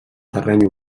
terreny